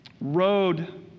road